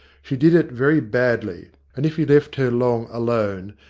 she did it very badly, and if he left her long alone,